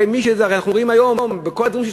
הרי אנחנו רואים היום שלכל הדברים שהוא